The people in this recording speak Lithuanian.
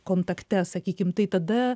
kontakte sakykim tai tada